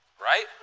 Right